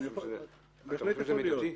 אתה חושב שזה מידתי?